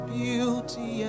beauty